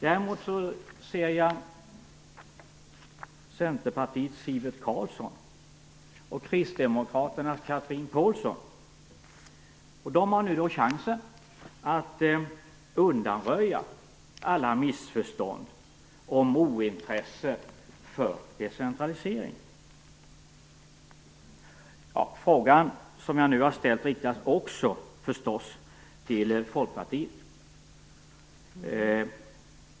Däremot ser jag Centerpartiets Sivert Carlsson och Kristdemokraternas Chatrine Pålsson, och de har nu chansen att undanröja alla missförstånd om ointresse för decentraliseringen. Den fråga som jag nu har ställt riktas naturligtvis också till Folkpartiet.